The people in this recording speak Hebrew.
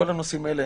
בכל הנושאים האלה